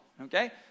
okay